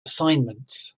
assignments